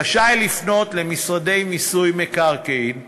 רשאי לפנות למשרדי מיסוי מקרקעין באר-שבע,